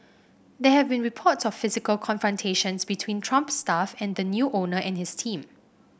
there have been reports of physical confrontations between Trump staff and the new owner and his team